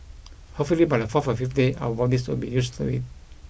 hopefully by the fourth or fifth day our bodies would be used to it